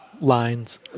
lines